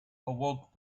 awoke